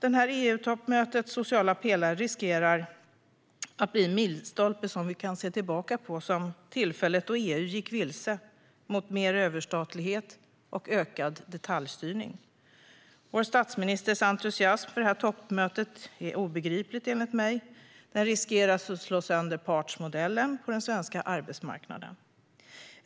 EU-toppmötet om den sociala pelaren riskerar att bli en milstolpe vi kommer att se tillbaka på som tillfället då EU gick vilse mot mer överstatlighet och ökad detaljstyrning. Vår statsministers entusiasm för detta toppmöte är enligt mig obegriplig då den sociala pelaren riskerar att slå sönder partsmodellen på den svenska arbetsmarknaden.